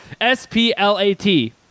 S-P-L-A-T